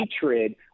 hatred